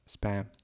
spam